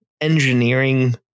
engineering